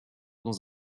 dans